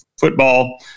football